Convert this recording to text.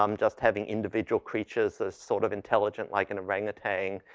um just having individual creatures sort of intelligent like an orangutan.